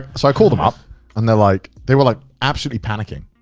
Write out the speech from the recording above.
so i called them up and they're like, they were like absolutely panicking.